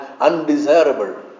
undesirable